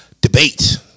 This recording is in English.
Debate